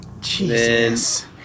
Jesus